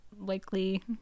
likely